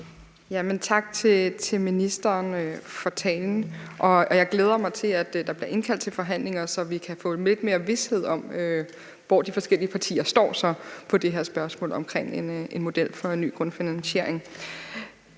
Tak til ministeren for talen, og jeg glæder mig til, at der bliver indkaldt til forhandlinger, så vi kan få lidt mere vished om, hvor de forskellige partier så står på det her spørgsmål omkring en model for en ny grundfinansiering.